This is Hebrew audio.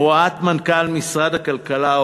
הוראת מנכ"ל משרד הכלכלה,